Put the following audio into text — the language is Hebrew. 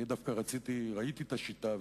אני דווקא ראיתי את השיטה,